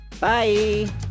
Bye